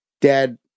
Dad